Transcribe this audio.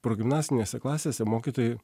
progimnazinėse klasėse mokytojai